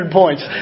points